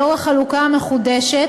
לאור החלוקה המחודשת,